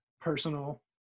personal